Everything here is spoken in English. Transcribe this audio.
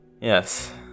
Yes